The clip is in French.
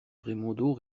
brémondot